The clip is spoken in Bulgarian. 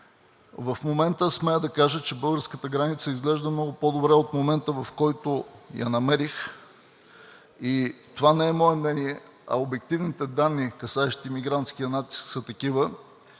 В момента, смея да кажа, че българската граница изглежда много по-добре от момента, в който я намерих. Това не е мое мнение, а обективните данни, касаещи мигрантския натиск, са такива.